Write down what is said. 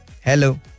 Hello